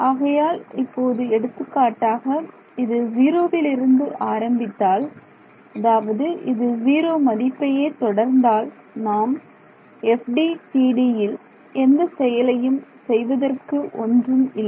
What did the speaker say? ஆகையால் இப்போது எடுத்துக்காட்டாக இது ஜீரோவில் இருந்து ஆரம்பித்தால் அதாவது இது ஜீரோ மதிப்பையே தொடர்ந்தால் நாம் FDTDல் எந்த செயலையும் செய்வதற்கு ஒன்றும் இல்லை